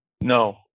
No